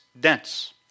dense